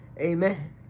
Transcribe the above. Amen